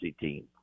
team